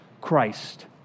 Christ